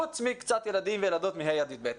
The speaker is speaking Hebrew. חוץ מקצת ילדים וילדות מכיתה ה' עד כיתה י"ב.